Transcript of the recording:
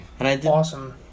Awesome